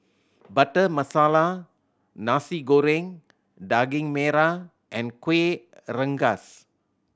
Butter Masala Nasi Goreng Daging Merah and Kueh Rengas